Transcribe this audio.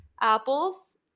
apples